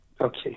Okay